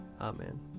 Amen